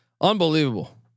unbelievable